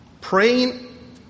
Praying